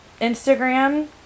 Instagram